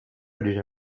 déjà